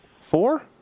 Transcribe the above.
four